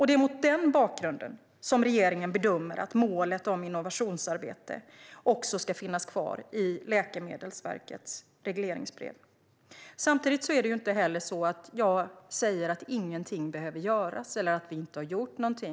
Det är mot denna bakgrund regeringen bedömer att målet om innovationsarbete också ska finnas kvar i Läkemedelsverkets regleringsbrev. Samtidigt säger jag inte att inget behöver göras eller att vi inte har gjort något.